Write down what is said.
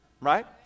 right